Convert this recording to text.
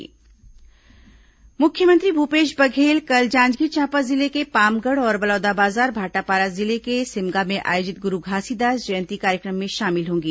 मुख्यमंत्री प्रवास मुख्यमंत्री भूपेश बघेल कल जांजगीर चांपा जिले के पामगढ़ और बलौदाबाजार भाटापारा जिले के सिमगा में आयोजित गुरू घासीदास जयंती कार्यक्रम में शामिल होंगे